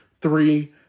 Three